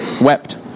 wept